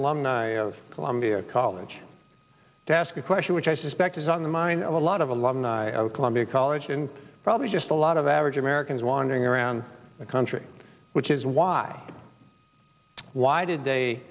alumni of columbia college to ask a question which i suspect is on the mind of a lot of alumni of columbia college and probably just a lot of average americans wandering around the country which is why why did they